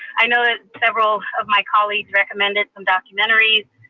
i know that several of my colleagues recommended some documentaries.